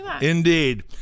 indeed